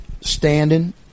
standing